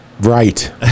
Right